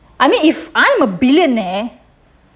I mean if I'm a billionaire